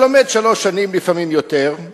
אתה לומד שלוש שנים, לפעמים יותר,